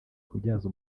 kubyaza